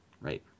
Right